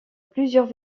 plusieurs